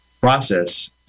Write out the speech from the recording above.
process